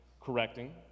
correcting